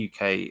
UK